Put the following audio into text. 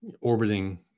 orbiting